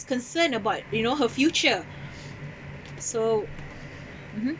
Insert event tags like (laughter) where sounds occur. concerned about you know her future (breath) so mmhmm